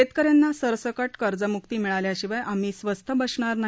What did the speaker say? शेतकऱ्यांना सरसकट कर्जमुक्ती मिळाल्याशिवाय आम्ही स्वस्थ बसणार नाही